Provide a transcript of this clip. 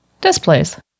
Displays